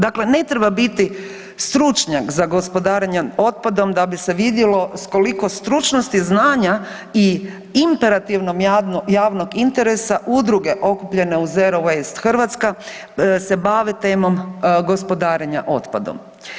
Dakle ne treba biti stručnjak za gospodarenje otpadom da bi se vidjelo s koliko stručnosti, znanja i imperativnog javnog interesa udruge okupljeno u Zero waste Hrvatska se bave temom gospodarenja otpadom.